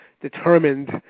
determined